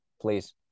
Please